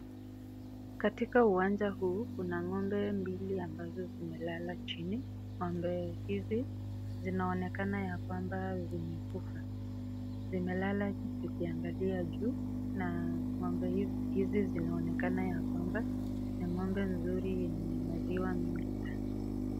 Katika uwanja huu kuna ngombe mbili ambazo zimelaa chini, ngombe hizi, zinaonekana yakwamba zimekufa, zimelala zikiangalia juu na ngombe hizi zinaonekana ni ngombe nzuri yenge maziwa mingi sana.